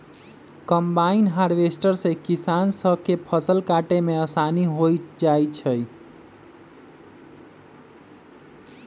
combine harvester से किसान स के फसल काटे में आसानी हो जाई छई